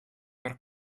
per